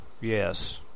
yes